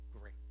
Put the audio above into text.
great